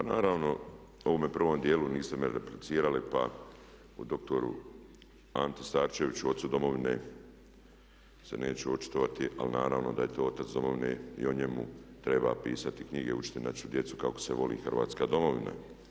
Pa naravno, u ovome prvom dijelu niste me replicirali pa o doktoru Anti Starčeviću, ocu Domovine se neću očitovati ali naravno da je to otac Domovine i o njemu treba pisati knjige, učiti našu djecu kako se voli hrvatska Domovina.